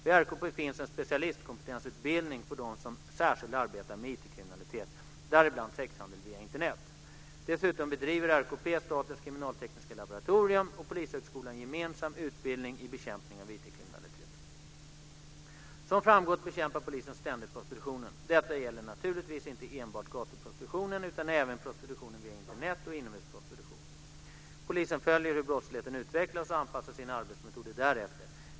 Vid RKP finns en specialistkompetensutbildning för dem som särskilt arbetar med IT-kriminalitet, däribland sexhandel via Internet. Dessutom bedriver RKP, Statens kriminaltekniska laboratorium och Polishögskolan gemensamt utbildning i bekämpning av IT-kriminalitet. Som framgått bekämpar polisen ständigt prostitutionen. Detta gäller naturligtvis inte enbart gatuprostitutionen utan även prostitutionen via Internet och inomhusprostitutionen. Polisen följer hur brottsligheten utvecklas och anpassar sina arbetsmetoder därefter.